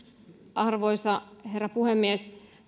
arvoisa herra puhemies